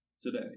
Today